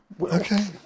Okay